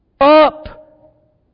up